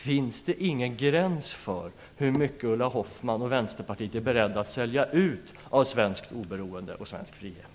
Finns det ingen gräns för hur mycket Ulla Hoffmann och Vänsterpartiet är beredda att sälja ut av svenskt oberoende och svensk frihet?